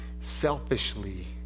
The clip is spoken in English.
selfishly